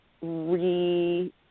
re